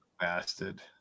bastard